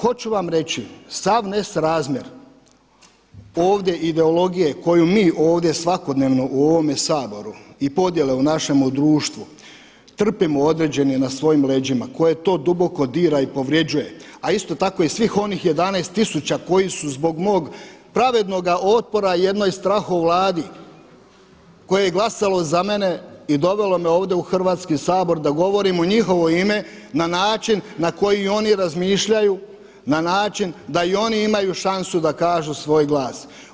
Hoću vam reći, sav nesrazmjer ovdje ideologije koju mi ovdje svakodnevno u ovome Saboru i podjele u našemu društvu trpimo određeni na svojim leđima koje to duboko dira i povređuje, a isto tako i svih onih 11 tisuća koji su zbog mog pravednoga otpora jednoj strahovladi koje je glasalo za mene i dovelo me ovdje u Hrvatski sabor da govorim u njihovo ime na način na koji oni razmišljaju, na način da i oni imaju šansu da kažu svoj glas.